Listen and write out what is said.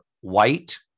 white